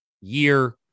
year